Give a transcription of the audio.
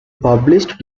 published